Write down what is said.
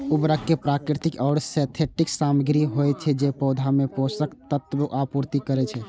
उर्वरक प्राकृतिक या सिंथेटिक सामग्री होइ छै, जे पौधा मे पोषक तत्वक आपूर्ति करै छै